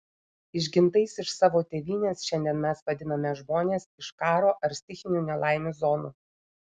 išgintais iš savo tėvynės šiandien mes vadiname žmones iš karo ar stichinių nelaimių zonų